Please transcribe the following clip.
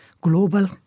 global